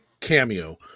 cameo